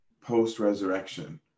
post-resurrection